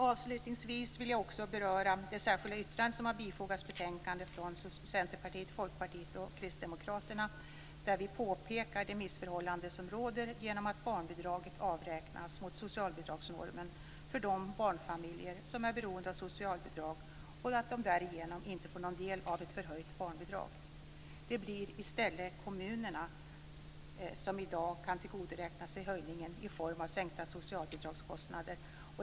Avslutningsvis vill jag också beröra det särskilda yttrande som har bifogats betänkandet från Centerpartiet, Folkpartiet och Kristdemokraterna, där vi påpekar det missförhållande som råder genom att barnbidraget avräknas mot socialbidragsnormen för de barnfamiljer som är beroende av socialbidrag. De får därigenom inte del av ett förhöjt barnbidrag. Det blir i stället kommunerna som i dag kan tillgodoräkna sig höjningen i form av sänkta socialbidragskostnader.